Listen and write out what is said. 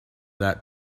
that